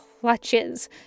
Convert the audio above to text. clutches